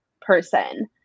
person